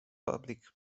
public